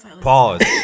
pause